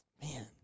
Man